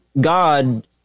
God